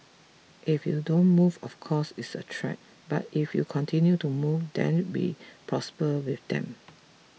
if you don't move of course it's a threat but if you continue to move then we prosper with them